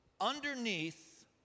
underneath